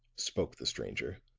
spoke the stranger.